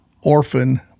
orphan